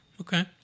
Okay